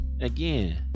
again